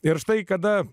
ir štai kada